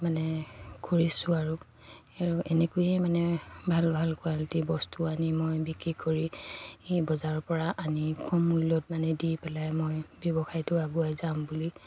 মানে কৰিছোঁ আৰু আৰু এনেকৈয়ে মানে ভাল ভাল কোৱালিটি বস্তু আনি মই বিক্ৰী কৰি বজাৰৰপৰা আনি কম মূল্যত মানে দি পেলাই মই ব্যৱসায়টো আগুৱাই যাম বুলি